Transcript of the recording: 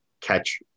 catch